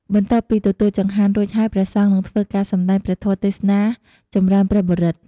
បន្ទាប់ពីទទួលចង្ហាន់រួចហើយព្រះសង្ឃនិងធ្វើការសម្តែងព្រះធម៍ទេសនា ចំរើនព្រះបរិត្ត។